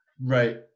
Right